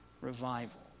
revival